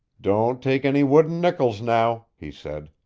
don't take any wooden nickels now, he said.